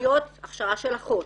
אחיות הכשרה של אחות,